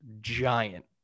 giant